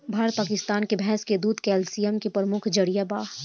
भारत पकिस्तान मे भैंस के दूध कैल्सिअम के प्रमुख जरिआ बा